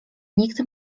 nikt